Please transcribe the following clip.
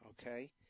Okay